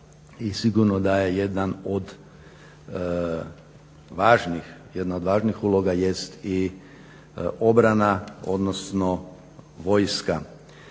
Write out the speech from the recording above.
I sigurno da je jedna od važnih uloga jest i obrana, odnosno vojska.